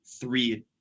three